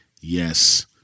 yes